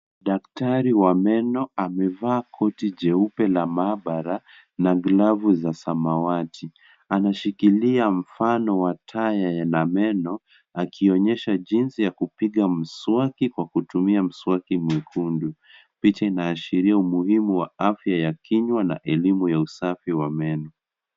Daktari wa meno amevaa koti jeupe la maabara na glavu za samawati. Ameshikilia mfano wa taya yana meno akionyesha jinsi ya kupiga mswaki kwa kutumia mswaki mwekundu. Picha inaashiria umuhimu wa afya ya kinywa na elimu ya usafi wa meno.